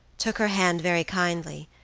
took her hand very kindly,